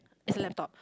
it's a laptop